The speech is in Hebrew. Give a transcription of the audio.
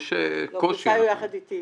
------ יחד איתי.